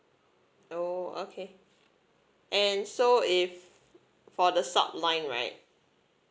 oh okay and so if for the sub line right